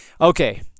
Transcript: Okay